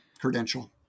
credential